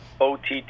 OTT